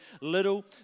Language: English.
little